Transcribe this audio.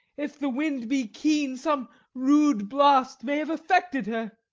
if the wind be keen, some rude blast may have affected her!